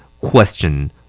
Question